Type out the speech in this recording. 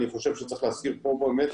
אני חושב שצריך להזכיר פה באמת